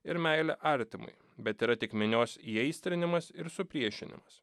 ir meile artimui bet yra tik minios įaistrinimas ir supriešinimas